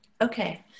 Okay